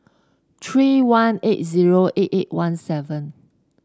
three one eight zero eight eight one seven